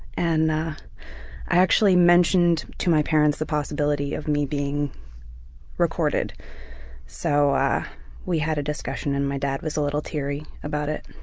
and i actually mentioned to my parents the possibility of me being recorded so we had a discussion and my dad was a little teary about it.